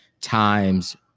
times